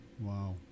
Wow